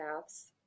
paths